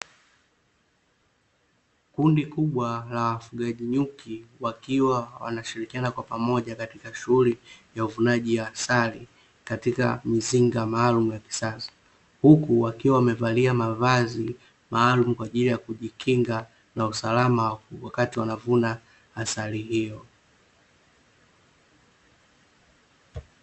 Kundi kubwa la wafugaji nyuki wakiwa wanashirikiana kwa pamoja katika shughuli ya uvunaji wa asali katika mizinga maalumu ya kisasa, huku wakiwa wamevalia mavazi maalumu kwa ajili kujikinga na usalama wakati wanavuna asali hiyo.